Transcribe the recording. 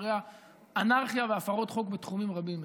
אחריה אנרכיה והפרות חוק בתחומים רבים.